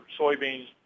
soybeans